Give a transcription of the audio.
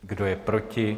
Kdo je proti?